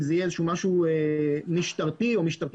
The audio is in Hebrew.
והאם זה יהיה משהו משטרתי או משטרתי